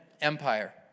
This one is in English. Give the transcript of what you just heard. Empire